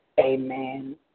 amen